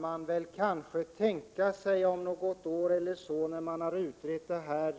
Men om något år eller så, när det här